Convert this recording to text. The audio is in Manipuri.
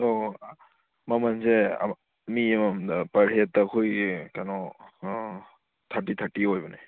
ꯑꯣ ꯃꯃꯜꯁꯦ ꯃꯤ ꯑꯃꯃꯝꯗ ꯄꯔ ꯍꯦꯗꯇ ꯑꯩꯈꯣꯏꯒꯤ ꯀꯩꯅꯣ ꯊꯥꯔꯇꯤ ꯊꯥꯔꯇꯤ ꯑꯣꯏꯕꯅꯦ